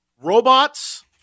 robots